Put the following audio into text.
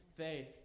faith